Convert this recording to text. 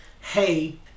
hey